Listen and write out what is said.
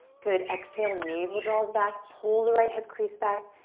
good, exhale, navel draws back. pull the right hip crease back.